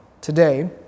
today